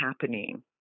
happening